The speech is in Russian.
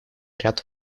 ряд